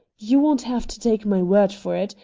you won't have to take my word for it.